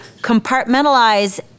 compartmentalize